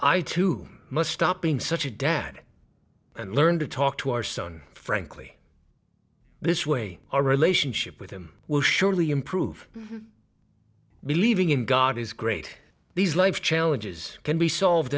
i too must stop being such a dad and learn to talk to our son frankly this way our relationship with him will surely improve believing in god is great these life challenges can be solved